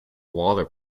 waller